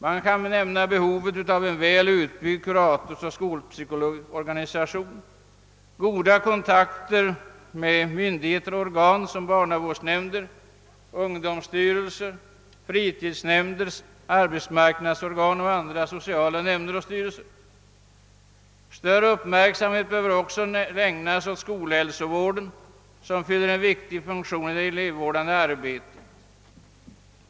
Man kan nämna behovet av en väl utbyggd kuratorsoch skolpsykologorganisation, goda kontakter med myndigheter och organ som barnavårdsnämnder, ungdomsstyrelser, fritidsnämnder, arbetsmarknadsorgan och andra sociala nämnder och styrelser. Större uppmärksamhet behöver också ägnas åt skolhälsovården som fyller en viktig funktion i det elevvårdande arbetet.